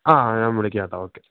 ആ ഞാൻ വിളിക്കാം ചേട്ടാ ഓക്കേ